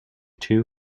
two